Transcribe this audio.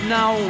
Now